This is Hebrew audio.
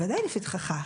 בוודאי לפתחתך.